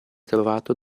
trovato